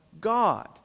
God